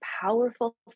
powerful